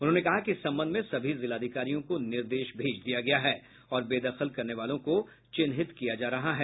उन्होंने कहा कि इस संबंध में सभी जिलाधिकारियों को निर्देश भेज दिया गया है और बेदखल करने वालों को चिन्हित किया जा रहा है